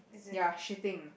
ya shitting